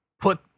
put